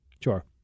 Sure